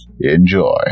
Enjoy